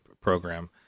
program